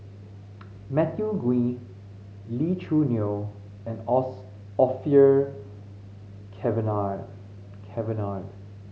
Matthew Ngui Lee Choo Neo and Orfeur Cavenagh Cavenagh